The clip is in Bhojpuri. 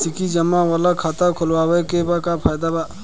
वार्षिकी जमा वाला खाता खोलवावे के का फायदा बा?